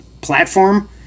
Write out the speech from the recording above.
platform